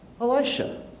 Elisha